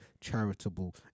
charitable